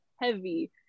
heavy